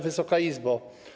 Wysoka Izbo!